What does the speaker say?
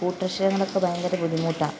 കൂട്ടക്ഷരങ്ങളൊക്കെ ഭയങ്കര ബുദ്ധിമുട്ടാണ്